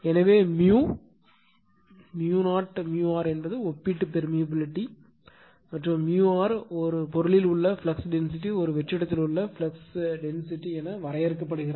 எனவே r என்பது ஒப்பீட்டு பெரிமியபிலிட்டி மற்றும் r பொருளில் உள்ள ஃப்ளக்ஸ் டென்சிட்டிஒரு வெற்றிடத்தில் உள்ள ஃப்ளக்ஸ் டென்சிட்டி என வரையறுக்கப்படுகிறது